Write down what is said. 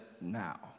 now